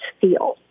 feel